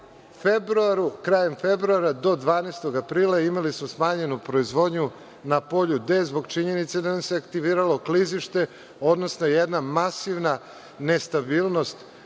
krajem februara, do 12. aprila imali smo smanjenu proizvodnju na polju D zbog činjenice da nam se aktiviralo klizište, odnosno jedna masivna nestabilnost